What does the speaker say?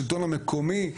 השלטון המקומי,